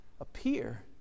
appear